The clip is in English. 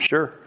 Sure